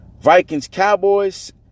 Vikings-Cowboys